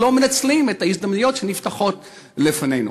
לא מנצלים את ההזדמנויות שנפתחות לפנינו.